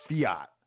fiat